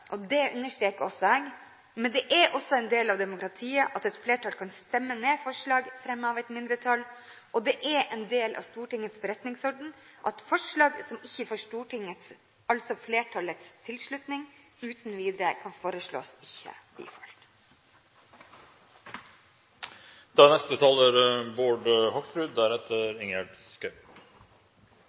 – det understreker også jeg – men det er også en del av demokratiet at et flertall kan stemme ned forslag fremmet av et mindretall, og det er en del av Stortingets forretningsorden at forslag som ikke får Stortingets, altså flertallets, tilslutning, uten videre kan foreslås ikke bifalt. Det var fantastisk bra at jeg fikk ordet etter foregående representant, fra Arbeiderpartiet. For det er sånn i